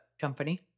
company